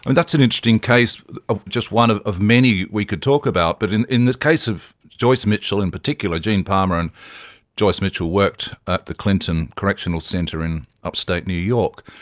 and that's an interesting case of just one of of many we could talk about, but in in the case of joyce mitchell in particular, gene palmer and joyce mitchell worked at the clinton correctional centre in upstate new york,